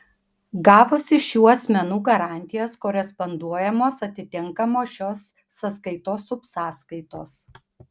gavus iš šių asmenų garantijas koresponduojamos atitinkamos šios sąskaitos subsąskaitos